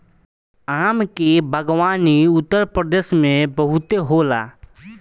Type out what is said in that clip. आम के बागवानी उत्तरप्रदेश में बहुते होला